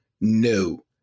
No